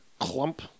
Clump